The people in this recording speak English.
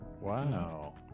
Wow